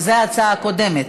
זאת ההצעה הקודמת.